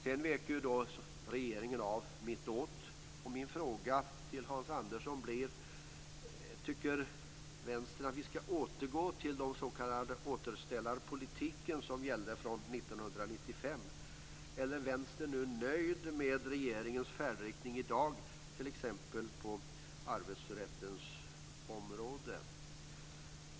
Sedan vek regeringen av åt mitten, och min fråga till Hans Andersson blir: Tycker Vänstern att vi skall återgå till den s.k. återställarpolitiken som gällde från 1995, eller är Vänstern nu nöjd med regeringens färdriktning i dag t.ex. på arbetsrättens område?